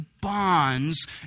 bonds